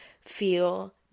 feel